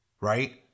Right